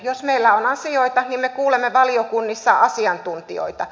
jos meillä on asioita me kuulemme valiokunnissa asiantuntijoita